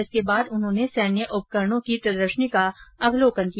इसके बाद उन्होंने सैन्य उपकरणों की प्रदर्शनी का अवलोकन किया